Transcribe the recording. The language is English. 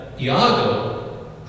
Iago